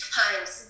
times